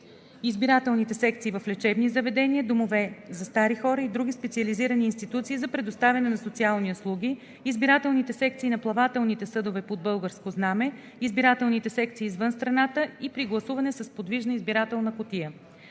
избирателните секции в лечебни заведения, домове за стари хора и други специализирани институции за предоставяне на социални услуги, избирателните секции на плавателните съдове под българско знаме, избирателните секции извън страната и при гласуване с подвижна избирателна кутия.